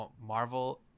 Marvel